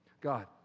God